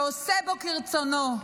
שעושֶה בו כרצונו,